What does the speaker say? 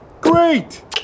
Great